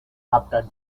after